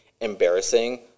embarrassing